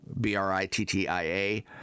B-R-I-T-T-I-A